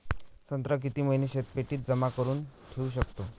संत्रा किती महिने शीतपेटीत जमा करुन ठेऊ शकतो?